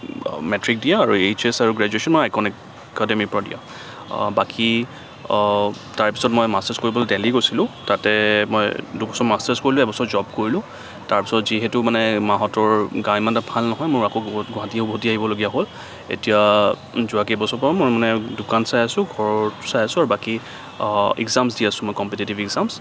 matric দিয়া আৰু H S আৰু গ্ৰেজুৱেচন মোৰ আইকনিক একাডেমিৰ পৰা দিয়া বাকী তাৰপিছত মই মাষ্টাৰছ কৰিবলৈ দেলহি গৈছিলো তাতে মই দুবছৰ মাষ্টাৰছ কৰিলো এবছৰ জব কৰিলো তাৰপিছত যিহেতু মানে মাহতৰ গা ইমানটা ভাল নহয় মই আকৌ গুৱাহাটী উভটি আহিবলগীয়া হ'ল এতিয়া যোৱা কেইবছৰৰ পৰা মই মানে দোকান চাই আছো ঘৰ চাই আছো আৰু বাকী একজামছ দি আছোঁ মই কম্পিটিটিভ একজামছ